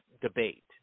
debate